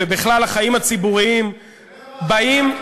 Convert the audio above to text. ובכלל לחיים הציבוריים באים,